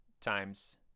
times